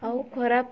ଆଉ ଖରାପ